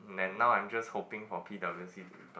and now I just hoping for P_W_C to reply